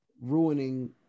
ruining